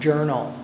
Journal